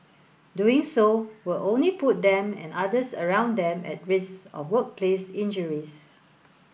doing so will only put them and others around them at risk of workplace injuries